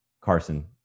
Carson